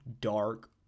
dark